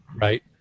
right